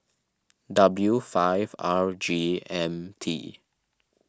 W five R G M T